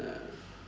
ya